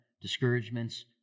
discouragements